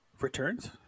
Returns